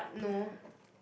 no